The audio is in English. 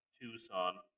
tucson